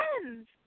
friends